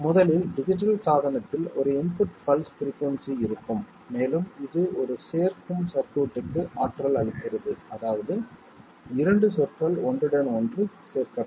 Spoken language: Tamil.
முதலில் டிஜிட்டல் சாதனத்தில் ஒரு இன்புட் பல்ஸ் பிரிக்குயின்சி இருக்கும் மேலும் இது ஒரு சேர்க்கும் சர்க்யூட்க்கு ஆற்றல் அளிக்கிறது அதாவது 2 சொற்கள் ஒன்றுடன் ஒன்று சேர்க்கப்படும்